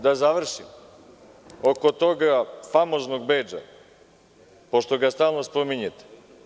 Da završim oko tog famoznog bedža pošto ga stalno spominjete.